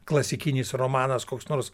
klasikinis romanas koks nors